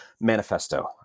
manifesto